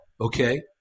Okay